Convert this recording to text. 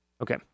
Okay